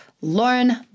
Lauren